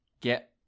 get